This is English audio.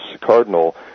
cardinal